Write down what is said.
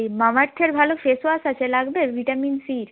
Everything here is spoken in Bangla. মামা আর্থের ভালো ফেস ওয়াশ আছে লাগবে ভিটামিন সির